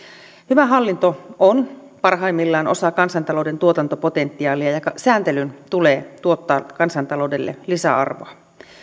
hyvä hallinto on parhaimmillaan osa kansantalouden tuotantopotentiaalia ja sääntelyn tulee tuottaa kansantaloudelle lisäarvoa